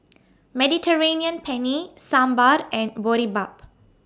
Mediterranean Penne Sambar and Boribap